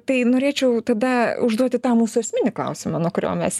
tai norėčiau tada užduoti tą mūsų esminį klausimą nuo kurio mes